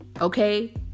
okay